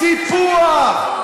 סיפוח.